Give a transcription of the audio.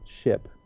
ship